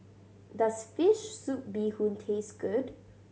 does fish soup bee hoon taste good